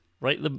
Right